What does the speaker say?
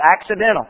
accidental